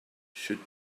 should